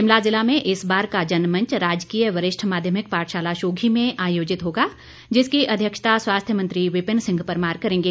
शिमला ज़िला में इस बार का जनमंच राजकीय वरिष्ठ माध्यमिक पाठशाला शोघी में आयोजित होगा जिसकी अध्यक्षता स्वास्थ्य मंत्री विपिन सिंह परमार करेंगे